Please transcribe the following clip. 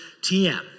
TM